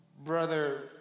Brother